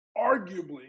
arguably